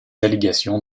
allégations